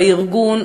בארגון,